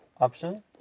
option